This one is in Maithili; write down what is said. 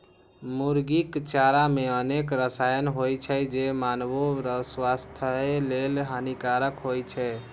मुर्गीक चारा मे अनेक रसायन होइ छै, जे मानवो स्वास्थ्य लेल हानिकारक होइ छै